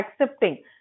accepting